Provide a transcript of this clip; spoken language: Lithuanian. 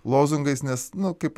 lozungais nes nu kaip